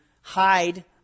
hide